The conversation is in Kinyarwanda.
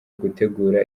gutegura